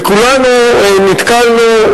וכולנו נתקלנו,